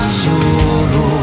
solo